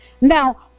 Now